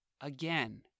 again